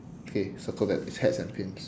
okay circle that it's hats and pins